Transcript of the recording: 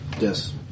Yes